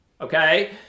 okay